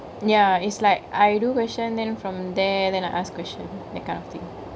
ya is like I do question then from there then I ask question kind of thingk